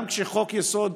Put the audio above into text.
גם כשחוק-יסוד: